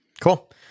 Cool